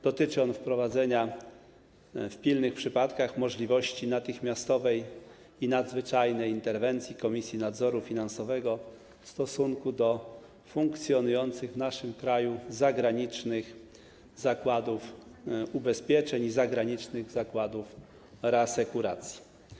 Dotyczy on wprowadzenia w pilnych przypadkach możliwości natychmiastowej i nadzwyczajnej interwencji Komisji Nadzoru Finansowego w stosunku do funkcjonujących w naszym kraju zagranicznych zakładów ubezpieczeń i zagranicznych zakładów reasekuracji.